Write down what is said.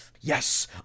yes